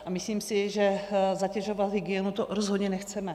A myslím si, že zatěžovat hygienu, to rozhodně nechceme.